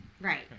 Right